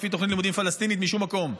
לפי תוכנית לימודים פלסטינית משום מקום,